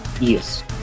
Yes